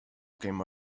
came